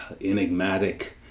enigmatic